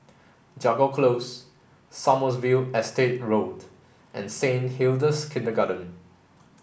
Jago Close Sommerville Estate Road and Saint Hilda's Kindergarten